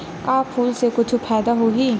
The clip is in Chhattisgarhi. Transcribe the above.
का फूल से कुछु फ़ायदा होही?